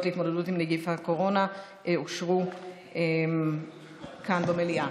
להתמודדות עם נגיף הקורונה אושרו כאן במליאה.